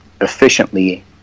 efficiently